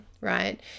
right